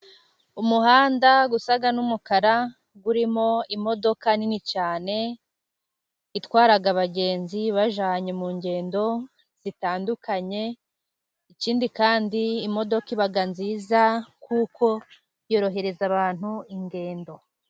Umuhanda usa n'umukara urimo imodoka nini cyane itwara abagenzi, ibajyanye mu ngendo zitandukanye ikindi kandi imodoka iba nziza kuko yorohereza abantu ingendo.